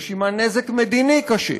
יש עמה נזק מדיני קשה,